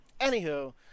Anywho